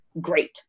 great